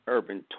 Urban